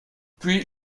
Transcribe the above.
puis